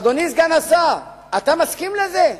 אדוני סגן השר, אתה מסכים לזה?